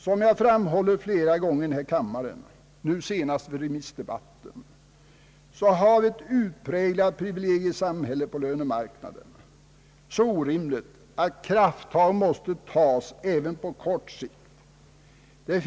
Som jag flera gånger har framhållit här i kammaren — nu senast i den all mänpolitiska debatten — har vi ett utpräglat privilegiesamhälle på lönemarknaden, så orimligt att krafttag måste tas även på kort sikt.